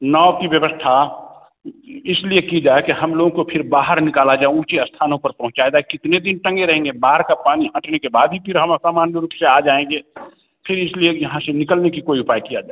नाव की व्यवस्था इसलिए की जाए कि हम लोग को फिर बाहर निकला जाए ऊँचे स्थानों पर पहुँचाया जाए कितने दिन टंगे रहेंगे बाढ़ का पानी हटने के बाद ही फिर हम सामान्य रूप से आ जाएँगे फिर इसलिए यहाँ से निकलने का कोई उपाय किया जाए